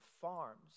farms